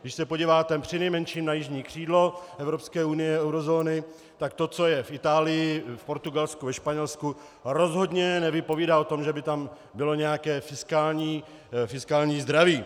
Když se podíváte přinejmenším na jižní křídlo Evropské unie, eurozóny, tak to, co je v Itálii, v Portugalsku, ve Španělsku, rozhodně nevypovídá o tom, že by tam bylo nějaké fiskální zdraví.